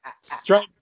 Strike